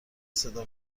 صدا